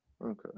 Okay